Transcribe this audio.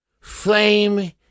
flame